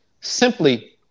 Simply